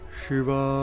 Shiva